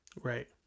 Right